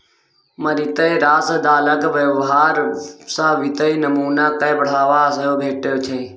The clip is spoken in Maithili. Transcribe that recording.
मारिते रास दलालक व्यवहार सँ वित्तीय नमूना कए बढ़ावा सेहो भेटै छै